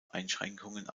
einschränkungen